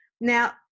Now